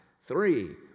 Three